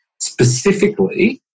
specifically